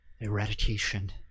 eradication